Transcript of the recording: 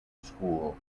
school